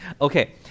Okay